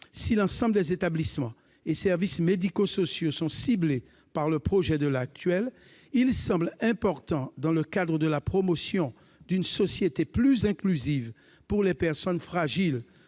Si l'ensemble des établissements et services médico-sociaux sont ciblés par le projet de loi actuel, il semble important, dans le cadre de la promotion d'une société plus inclusive pour les personnes fragiles